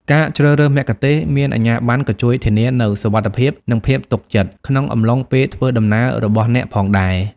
ការជ្រើសរើសមគ្គុទ្ទេសក៍មានអាជ្ញាប័ណ្ណក៏ជួយធានានូវ សុវត្ថិភាព និងភាពទុកចិត្ត ក្នុងអំឡុងពេលធ្វើដំណើររបស់អ្នកផងដែរ។